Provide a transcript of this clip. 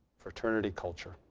fraternity culture.